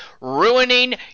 ruining